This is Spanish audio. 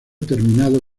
terminado